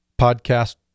podcast